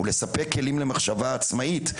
הוא לספק כלים למחשבה עצמאית,